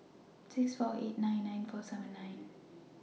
six four eight nine nine four seven nine